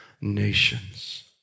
nations